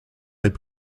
est